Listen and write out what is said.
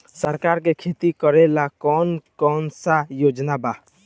सरकार के खेती करेला कौन कौनसा योजना बा?